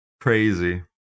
Crazy